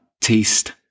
taste